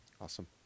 Awesome